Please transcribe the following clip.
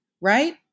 right